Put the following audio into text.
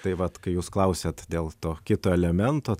tai vat kai jūs klausiat dėl to kito elemento